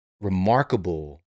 remarkable